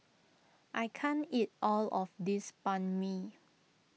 I can't eat all of this Banh Mi